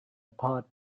apart